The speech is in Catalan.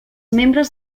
membres